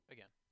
Again